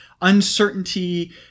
uncertainty